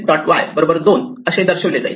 Y 2 असे दर्शवले जाईल